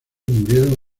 murieron